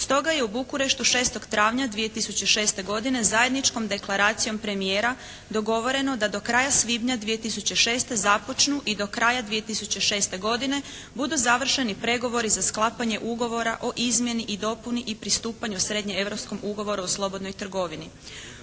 Stoga je u Bukureštu 6. travnja 2006. godine zajedničkom deklaracijom premijera dogovoreno da do kraja svibnja 2006. započnu i do kraja 2006. godine budu završeni pregovori za sklapanje ugovora o izmjeni i dopuni i pristupanju srednjeeuropskom ugovoru o slobodnoj trgovini.